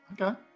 Okay